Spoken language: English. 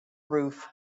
roof